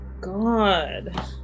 God